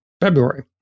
February